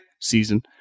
season